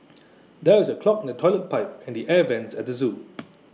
there is A clog in the Toilet Pipe and the air Vents at the Zoo